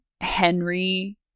Henry